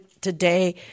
today